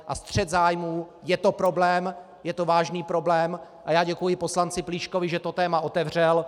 A střet zájmů je to problém, je to vážný problém a já děkuji poslanci Plíškovi, že to téma otevřel.